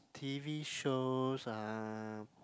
t_v shows um